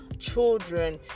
children